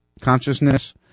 consciousness